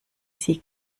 sie